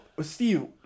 Steve